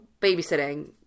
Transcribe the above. babysitting